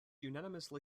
unanimously